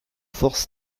forces